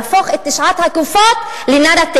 להפוך את תשע הגופות לנרטיב.